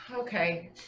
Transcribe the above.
Okay